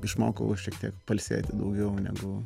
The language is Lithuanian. išmokau šiek tiek pailsėti daugiau negu